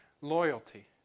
loyalty